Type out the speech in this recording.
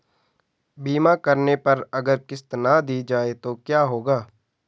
बीमा करने पर अगर किश्त ना दी जाये तो क्या होगा?